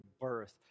birth